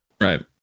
Right